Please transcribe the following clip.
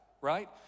right